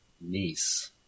niece